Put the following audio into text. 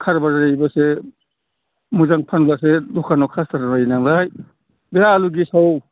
खारबार जायोबासो मोजां फानबासो दखानाव कासट'मार फैयो नालाय बे आलु गेसाव